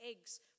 eggs